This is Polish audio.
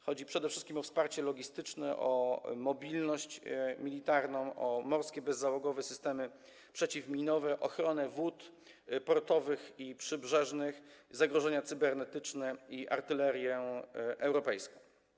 Chodzi przede wszystkim o wsparcie logistyczne, o mobilność militarną, o morskie bezzałogowe systemy przeciwminowe, o ochronę wód portowych i przybrzeżnych, o zagrożenia cybernetyczne i artylerię europejską.